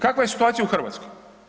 Kakva je situacija u Hrvatskoj?